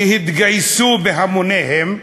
שהתגייסו בהמוניהם,